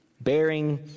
bearing